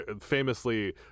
famously